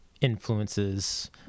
influences